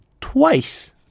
twice